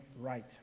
right